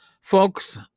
Folks